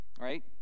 right